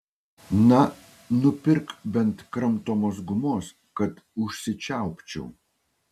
na nupirk bent kramtomos gumos kad užsičiaupčiau